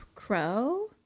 crow